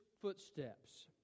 footsteps